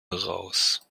raus